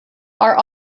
are